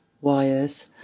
wires